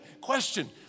Question